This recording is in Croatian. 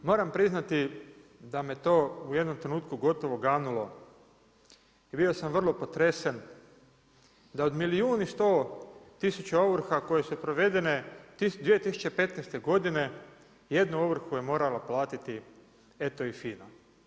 Moram priznati da me to u jednom trenutku gotovo ganulo i bio sam vrlo potresen da od milijun i 100 tisuća ovrha koje su provedene 2015. godine jednu ovrhu je morala platiti eto i FINA.